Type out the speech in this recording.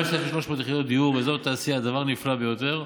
5,300 יחידות דיור ואזור תעשייה זה דבר נפלא ביותר,